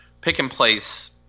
pick-and-place